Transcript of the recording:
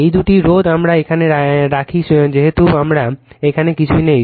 এই দুটি রোধ আমরা এখানে রাখি যেহেতু আমরা এখানে কিছুই নেই